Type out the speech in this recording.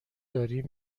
داریم